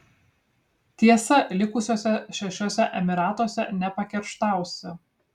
tiesa likusiuose šešiuose emyratuose nepakerštausi